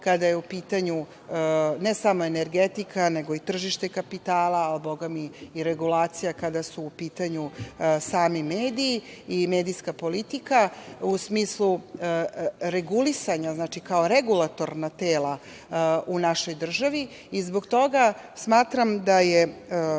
kada je u pitanju ne samo energetika, nego i tržište kapitala, a, Boga mi, i regulacija, kada su u pitanju sami mediji i medijska politika, u smislu regulisanja, znači, kao regulatorna tela u našoj državi. Zbog toga smatram da je